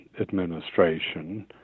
administration